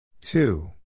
Two